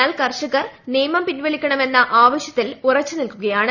എന്നാൽ കർഷകർ നിയമം പിൻവലിക്കണമെന്ന ആവശ്യത്തിൽ ഉറച്ചു നിൽക്കുകയാണ്